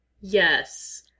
Yes